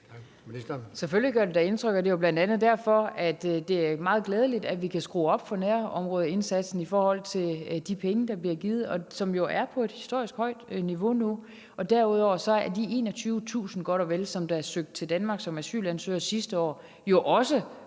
Selvfølgelig gør det da indtryk, og det er jo bl.a. derfor, at det er meget glædeligt, at vi kan skrue op for nærområdeindsatsen med de penge, der bliver givet, og som jo er på et historisk højt niveau nu. Derudover er de 21.000, godt og vel, som er søgt til Danmark som asylansøgere sidste år, jo også folk, der